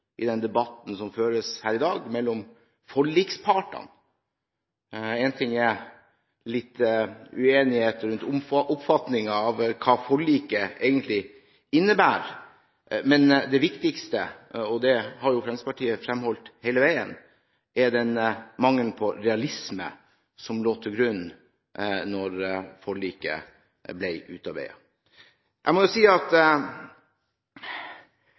ting er litt uenighet rundt oppfatningen av hva forliket egentlig innebærer, men det viktigste – og det har jo Fremskrittspartiet fremholdt hele veien – er den mangel på realisme som lå til grunn da forliket ble utarbeidet.